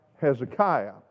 Hezekiah